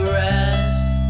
rest